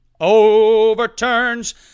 overturns